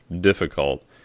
difficult